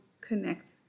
connect